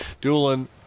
Doolin